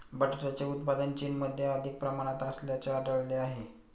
बटाट्याचे उत्पादन चीनमध्ये अधिक प्रमाणात असल्याचे आढळले आहे